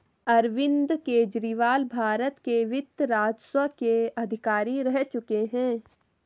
अरविंद केजरीवाल भारत के वित्त राजस्व के अधिकारी रह चुके हैं